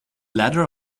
ladder